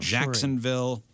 Jacksonville